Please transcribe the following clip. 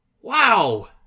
Wow